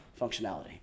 functionality